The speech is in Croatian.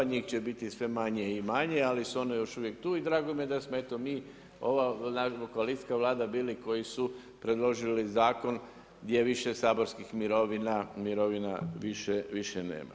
Njih će biti sve manje i manje, ali su one još uvijek tu i drago mi je da smo eto mi naša koalicijska Vlada bila koji su predložili zakon gdje više saborskih mirovina više nema.